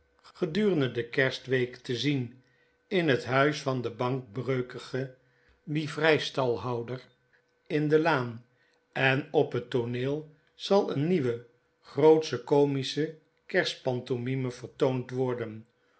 gedurende de kersthet geheim van edwin drood week te zien in het huis van den bankbreukigen livrei stalhouder in de laan en op het tooneel zal eene nieuwe grootsche comischekerstpantomime vertoond worden